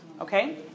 Okay